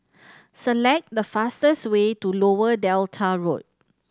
select the fastest way to Lower Delta Road